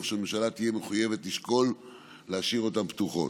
שהממשלה תהיה חייבת לשקול להשאיר אותם פתוחים.